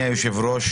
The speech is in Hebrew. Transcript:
אדוני היושב-ראש,